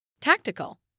Tactical